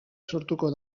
sortuko